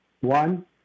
One